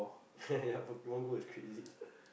ya Pokemon Go is crazy